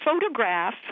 photograph